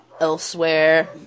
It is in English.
Elsewhere